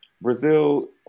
Brazil